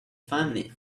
funny